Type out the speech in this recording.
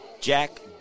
Jack